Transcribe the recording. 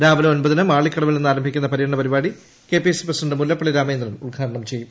രാവിലെ ഒമ്പതിന് മാളിക്കടവിൽ നിന്ന് ആരംഭിക്കുന്ന പര്യടന പരിപാടി K P C C president Mullappally Ramachandran ഉദ്ഘാടനം ചെയ്തു